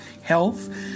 Health